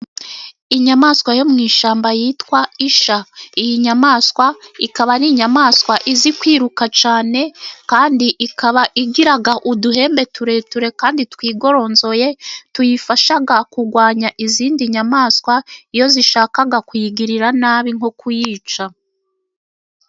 Inyamaswa yo mu ishyamba yitwa ishya. Iyi nyamaswa ikaba ari inyamaswa izi kwiruka cyane, kandi ikaba igira uduhembe tureture kandi twigoronzoye tuyifasha kugwanya izindi nyamaswa iyo zishakaga kuyigirira nabi nko kuyica.